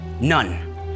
None